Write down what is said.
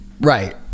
Right